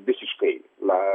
visiškai na